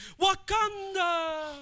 Wakanda